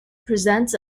presents